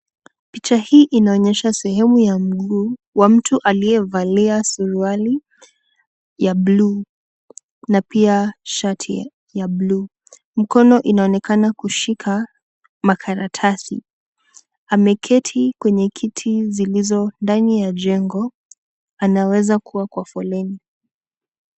Picha hii inaonyesha sehemu ya mguu wa mtu aliyevalia suruali ya blue , na pia shati ya blue . Mkono inaonekana kushika, ameketi kwenye kiti zilizo ndani ya jengo, anaweza kuwa kwa foleni.